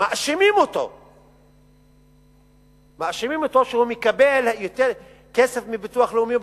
מאשימים אותו שהוא מקבל יותר כסף מהביטוח הלאומי.